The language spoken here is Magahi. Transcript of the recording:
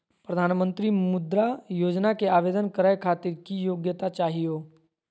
प्रधानमंत्री मुद्रा योजना के आवेदन करै खातिर की योग्यता चाहियो?